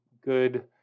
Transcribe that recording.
Good